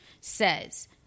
says